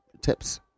tips